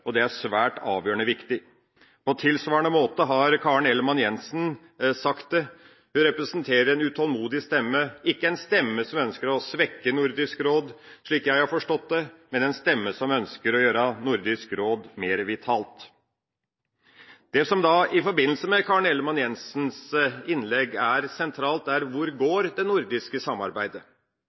er avgjørende viktig. På tilsvarende måte har Karen Ellemann sagt det – hun representerer en utålmodig stemme, ikke en stemme som ønsker å svekke Nordisk råd, slik jeg har forstått det, men en stemme som ønsker å gjøre Nordisk råd mer vitalt. Det som i forbindelse med Karen Ellemanns innlegg er sentralt, er hvor det nordiske samarbeidet går. Det nordiske,